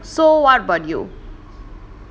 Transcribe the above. so what about you